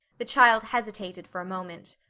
the child hesitated for a moment.